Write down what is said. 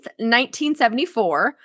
1974